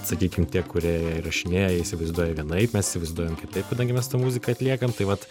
sakykim tie kurie įrašinėja jie įsivaizduoja vienaip mes įsivaizduojam kitaip kadangi mes tą muziką atliekam tai vat